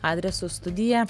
adresu studija